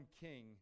king